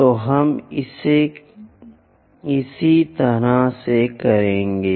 तो हम इसे इसी तरह से करेंगे